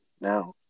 now